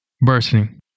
bursting